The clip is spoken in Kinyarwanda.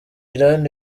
iran